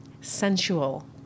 sensual